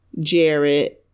Jared